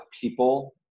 people